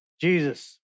Jesus